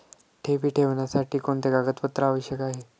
ठेवी ठेवण्यासाठी कोणते कागदपत्रे आवश्यक आहे?